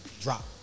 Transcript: Drop